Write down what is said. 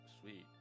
sweet